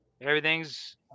Everything's